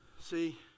See